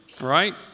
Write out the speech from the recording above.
right